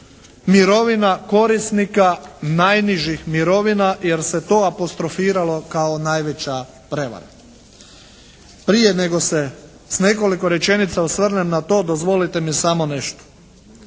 mirovina korisnika najnižih mirovina jer se to apostrofiralo kao najveća prevara. Prije nego se s nekoliko rečenica osvrnem na to dozvolite mi samo nešto.